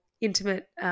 intimate